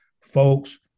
folks